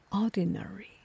Ordinary